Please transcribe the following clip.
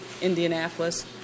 indianapolis